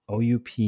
OUP